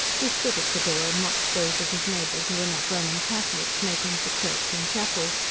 he stood at the door and watched those of his neighbours who were not roman catholics making for church and chapel,